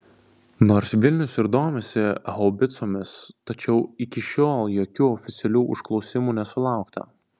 nors vilnius ir domisi haubicomis tačiau iki šiol jokių oficialių užklausimų nesulaukta